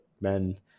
men